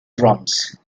drums